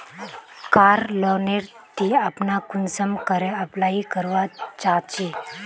कार loan नेर ती अपना कुंसम करे अप्लाई करवा चाँ चची?